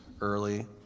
early